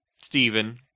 Stephen